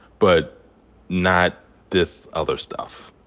but not this other stuff.